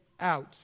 out